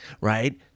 right